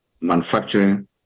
manufacturing